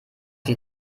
die